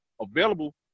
available